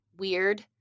Weird